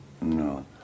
no